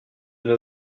nos